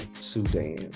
Sudan